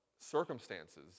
circumstances